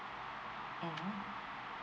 mmhmm